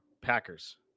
Packers